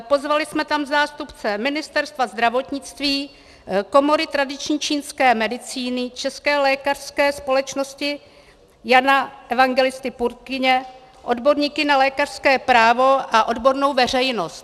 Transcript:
Pozvali jsme tam zástupce Ministerstva zdravotnictví, Komory tradiční čínské medicíny, České lékařské společnosti Jana Evangelisty Purkyně, odborníky na lékařské právo a odbornou veřejnost.